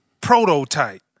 Prototype